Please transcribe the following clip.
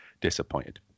disappointed